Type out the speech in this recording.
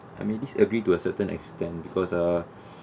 I mean disagree to a certain extent because uh